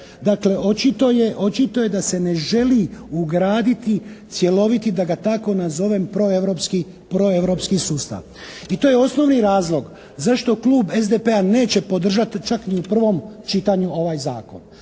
Dakle, očito je da se ne želi ugraditi cjeloviti, da ga tako nazovem proeuropski sustav. I to je osnovni razlog zašto Klub SDP-a neće podržati čak ni u prvom čitanju ovaj zakon,